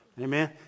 Amen